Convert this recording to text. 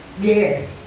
Yes